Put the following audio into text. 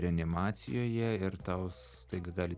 reanimacijoje ir tau staiga gali